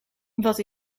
wat